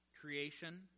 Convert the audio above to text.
creation